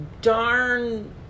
darn